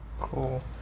cool